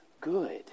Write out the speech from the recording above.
good